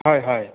হয় হয়